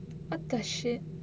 what the shit